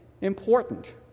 important